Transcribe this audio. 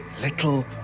Little